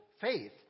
faith